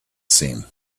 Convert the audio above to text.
seen